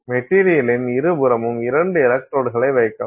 material இன் இருபுறமும் இரண்டு எலக்ட்ரோட்களை வைக்கவும்